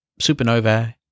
Supernova